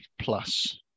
plus